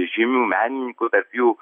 žymių menininkų tarp jų